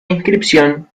inscripción